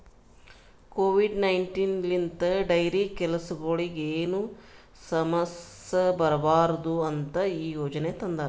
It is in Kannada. ಕೋವಿಡ್ ನೈನ್ಟೀನ್ ಲಿಂತ್ ಡೈರಿ ಕೆಲಸಗೊಳಿಗ್ ಏನು ಸಮಸ್ಯ ಬರಬಾರದು ಅಂತ್ ಈ ಯೋಜನೆ ತಂದಾರ್